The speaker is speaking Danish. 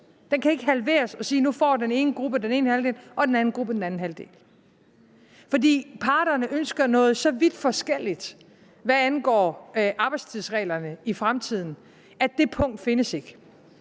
Den kan ikke halveres, så man siger, at nu får den ene gruppe den ene halvdel og den anden gruppe den anden halvdel. Parterne ønsker noget så vidt forskelligt, hvad angår arbejdstidsreglerne i fremtiden, at det punkt derimellem ikke